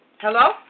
Hello